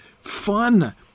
fun